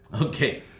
Okay